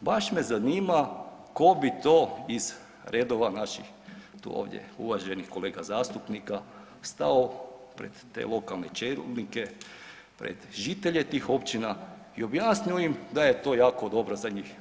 baš me zanima tko bi to iz redova naših tu uvaženih kolega zastupnika stao pred te lokalne čelnike, pred žitelje tih općina i objasnio im da je to jako dobro za njih?